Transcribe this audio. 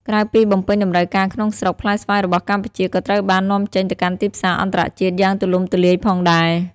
ក្រៅពីបំពេញតម្រូវការក្នុងស្រុក ផ្លែស្វាយរបស់កម្ពុជាក៏ត្រូវបាន នាំចេញទៅកាន់ទីផ្សារអន្តរជាតិ យ៉ាងទូលំទូលាយផងដែរ។